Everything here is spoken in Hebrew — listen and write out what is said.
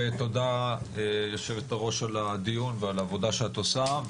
תודה יושבת-הראש על הדיון ועל העבודה שאת עושה,